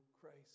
Christ